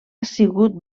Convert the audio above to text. sigut